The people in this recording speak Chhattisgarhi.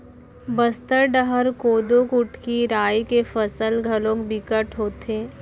बस्तर डहर कोदो, कुटकी, राई के फसल घलोक बिकट होथे